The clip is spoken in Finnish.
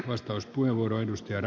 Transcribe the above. herra puhemies